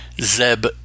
Zeb